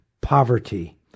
poverty